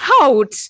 Out